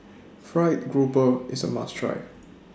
Fried Grouper IS A must Try